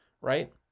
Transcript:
right